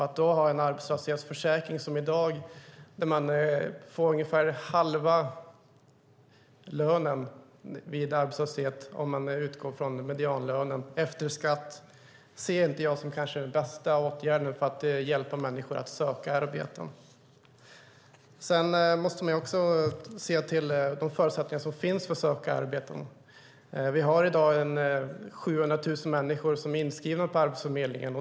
Att då ha en arbetslöshetsförsäkring som dagens, där man får ungefär halva lönen efter skatt vid arbetslöshet räknat utifrån medianlönen ser inte jag som den bästa åtgärden för att hjälpa människor att söka arbete. Man måste också se till de förutsättningar som finns för att söka arbeten. Vi har i dag 700 000 människor inskrivna på Arbetsförmedlingen.